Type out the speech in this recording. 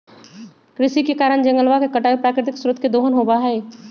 कृषि के कारण जंगलवा के कटाई और प्राकृतिक स्रोत के दोहन होबा हई